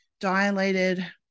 dilated